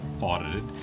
Audited